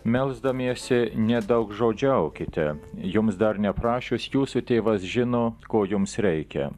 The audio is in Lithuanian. melsdamiesi nedaugžodžiaukite jums dar neprašius jūsų tėvas žino ko jums reikia